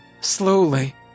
slowly